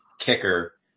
kicker